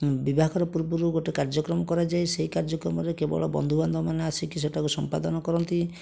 ହୁଁ ବିବାହର ପୂର୍ବରୁ ଗୋଟେ କାର୍ଯ୍ୟକ୍ରମ କରାଯାଏ ସେଇ କାର୍ଯ୍ୟକ୍ରମରେ କେବଳ ବନ୍ଧୁବାନ୍ଧବମାନେ ଆସିକି ସେଇଟାକୁ ସମ୍ପାଦନ କରନ୍ତି